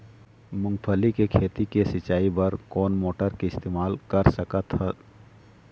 मूंगफली के खेती के सिचाई बर कोन मोटर के इस्तेमाल कर सकत ह?